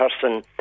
person